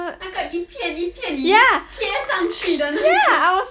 那个一片一片你贴上去的那个:na ge yi pian yi pian ni tie shang qu dena ge